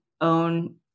own